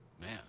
Man